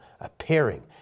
Appearing